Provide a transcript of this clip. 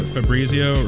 Fabrizio